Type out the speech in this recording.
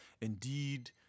Indeed